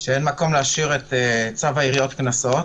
שאין מקום להשאיר את צו העיריות (קנסות).